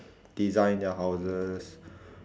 design their houses